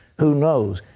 who knows.